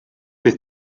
bydd